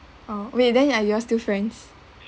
oh wait then are you all still friends